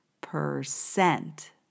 Percent